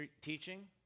teaching